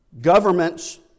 Governments